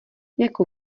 jako